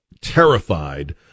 terrified